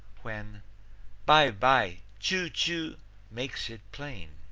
when by-by, choo-choo makes it plain?